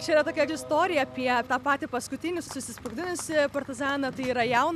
čia yra tokia istorija apie tą patį paskutinį susisprogdinusį partizaną tai yra jauno